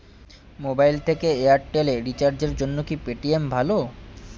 Mobile থেকে Airtel এ রিচার্জের জন্য কি পেটিএম ভালো?